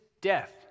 death